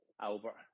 Albert